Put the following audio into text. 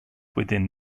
within